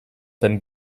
beim